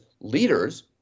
leaders